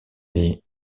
les